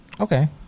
Okay